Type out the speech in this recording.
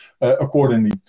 accordingly